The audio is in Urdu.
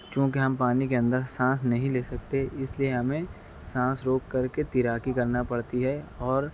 چونکہ ہم پانی کے اندر سانس نہیں لے سکتے اس لیے ہمیں سانس روک کر کے تیراکی کرنا پڑتی ہے اور